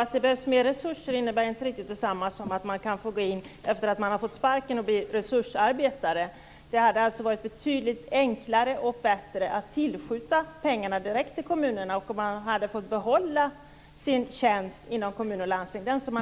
Att det behövs mer resurser är inte riktigt detsamma som att man efter det att man har fått sparken kan få gå in som resursarbetare. Det hade varit betydligt enklare och bättre att tillskjuta pengarna direkt till kommunerna och att dessa personer hade fått behålla sina tjänster, som de är kompetenta för, inom kommun och landsting. Som